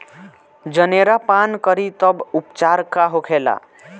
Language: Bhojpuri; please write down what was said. जनेरा पान करी तब उपचार का होखेला?